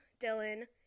Dylan